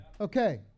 Okay